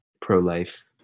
pro-life